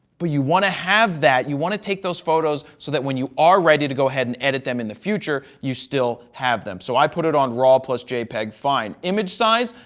but you want to have that. you want to take those photos, so that when you are ready to go ahead and edit them in the future, you still have them. so, i put it on raw plus jpeg, fine. image size,